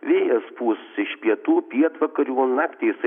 vėjas pūs iš pietų pietvakarių o naktį jisai